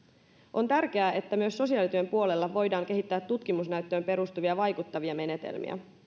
on tärkeää että myös sosiaalityön puolella voidaan kehittää tutkimusnäyttöön perustuvia vaikuttavia menetelmiä